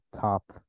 top –